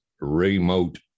remote